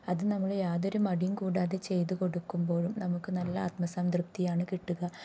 അതു നമ്മള് യാതൊരു മടിയും കൂടാതെ ചെയ്തുകൊടുക്കുമ്പോഴും നമുക്കു നല്ല ആത്മസംതൃപ്തിയാണു കിട്ടുക